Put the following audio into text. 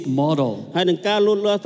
model